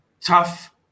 tough